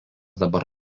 dabar